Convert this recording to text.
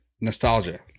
nostalgia